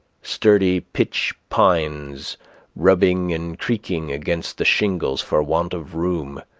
sturdy pitch pines rubbing and creaking against the shingles for want of room,